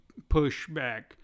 pushback